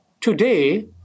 today